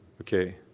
Okay